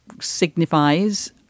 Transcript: signifies